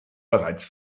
bereits